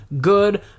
good